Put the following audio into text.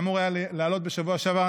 שאמור היה לעלות בשבוע שעבר,